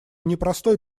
непростой